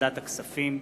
ועדת הכספים.